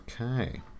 Okay